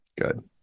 Good